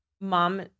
mom